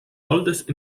oldest